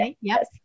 Yes